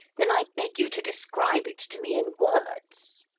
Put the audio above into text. then i beg you to describe it to me in words.